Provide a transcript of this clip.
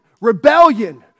Rebellion